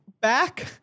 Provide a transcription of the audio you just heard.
back